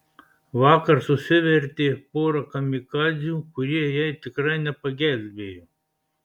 vakar susivertė porą kamikadzių kurie jai tikrai nepagelbėjo